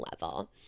level